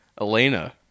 Elena